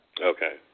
Okay